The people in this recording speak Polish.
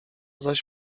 zaś